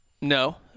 no